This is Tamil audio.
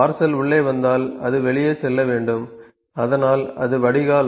பார்சல் உள்ளே வந்தால் அது வெளியே செல்ல வேண்டும் அதனால் அது வடிகால்